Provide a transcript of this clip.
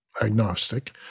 agnostic